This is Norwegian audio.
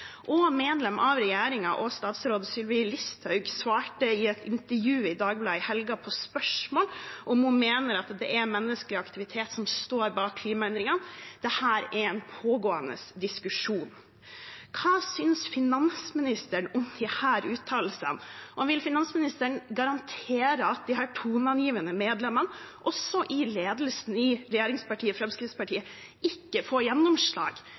Statsråd Sylvi Listhaug, medlem av regjeringen, svarte i et intervju i Dagbladet i helgen på spørsmål om hun mener at det er menneskelig aktivitet som står bak klimaendringene, at dette er en pågående diskusjon. Hva synes finansministeren om disse uttalelsene, og vil finansministeren garantere at disse toneangivende medlemmene – også i ledelsen – i regjeringspartiet Fremskrittspartiet ikke får gjennomslag